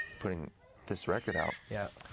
putting this record out. yeah.